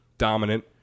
dominant